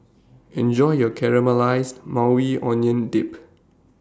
Enjoy your Caramelized Maui Onion Dip